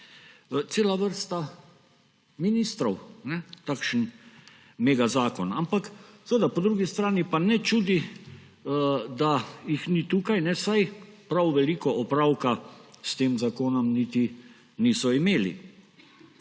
cela vrsta ministrov – takšen megazakon. Ampak seveda po drugi strani pa ne čudi, da jih ni tukaj, saj prav veliko opravka s tem zakonom niti niso imeli.